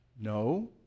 No